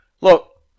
Look